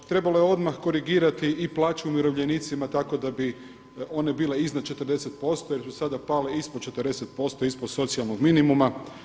Trebalo je odmah korigirati i plaću umirovljenicima tako da bi one bile iznad 40 posto jer su sada pale ispod 40 posto, ispod socijalnog minimuma.